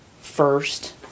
first